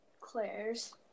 claire's